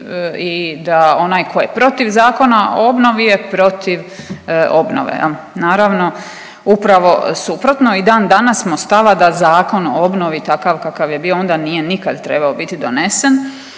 i da onaj tko je protiv Zakona o obnovi je protiv obnove, je li? Naravno, upravo suprotno i dandanas smo stava da Zakon o obnovi takav kakav je bio onda nije nikad trebao biti donesen.